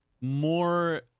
more